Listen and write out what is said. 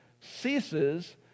ceases